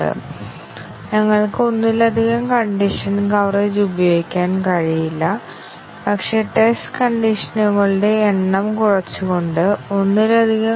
digital high ശരിയാണെങ്കിലോ അക്കം താഴ്ന്നതാണെങ്കിലോ തെറ്റായതാണെങ്കിൽ ഒരു നിബന്ധനയിൽ നമുക്ക് ഇവിടെ ഒരു എക്സ്പ്രഷൻ ഉണ്ടെന്ന് ഒരു ഉദാഹരണം നോക്കാം 1 പിന്നെ എന്തെങ്കിലും ചെയ്യുക